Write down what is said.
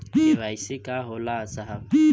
KYC का होला साहब?